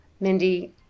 Mindy